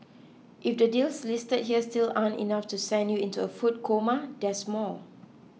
if the deals listed here still aren't enough to send you into a food coma there's more